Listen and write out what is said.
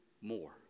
more